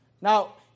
Now